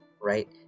right